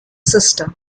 sister